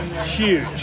Huge